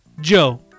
Joe